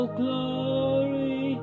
glory